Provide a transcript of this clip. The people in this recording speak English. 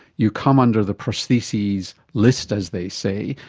you come under the prostheses list, as they say,